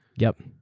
yup.